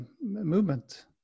movement